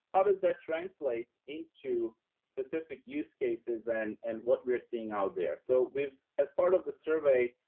how does that translate into specific use cases and and what we're seeing out there. so we've, as part of the survey,